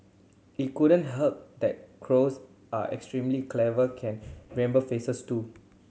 it couldn't help that crows are extremely clever can remember faces too